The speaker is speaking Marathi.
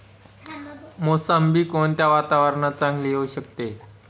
मोसंबी कोणत्या वातावरणात चांगली येऊ शकते?